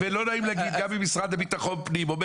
לא נעים להגיד אבל גם אם המשרד לביטחון פנים אומר